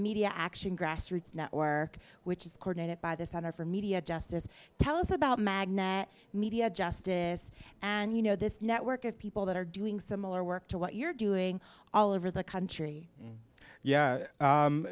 media action grassroots network which is courted by this that are for media justice tell us about magna media justice and you know this network of people that are doing similar work to what you're doing all over the country yeah